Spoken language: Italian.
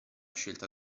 scelta